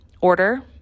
Order